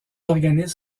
organismes